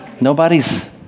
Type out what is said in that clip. Nobody's